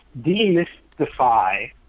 demystify